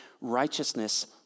Righteousness